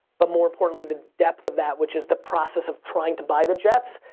but more importantly the depth of that which is the process of trying to buy the jets,